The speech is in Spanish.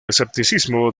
escepticismo